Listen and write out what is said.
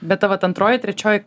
bet ta vat antroji trečioji